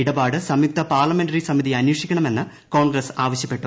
ഇടപാട് സംയുക്ത പാർലമെന്ററി സമിതി അന്വേഷിക്കണമെന്ന് കോൺഗ്രസ് ആവശ്യപ്പെട്ടു